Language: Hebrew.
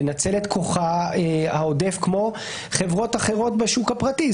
לנצל את כוחה העודף כמו חברות אחרות בשוק הפרטי.